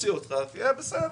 כשנוציא אותך תהיה בסדר.